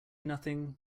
nothing